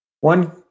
One